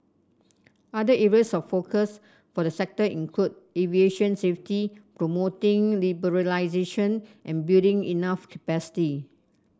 other areas of focus for the sector include aviation safety promoting liberalisation and building enough capacity